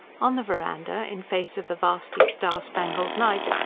on the verandah, in face of the vasty, star-spangled night,